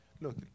Look